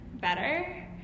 better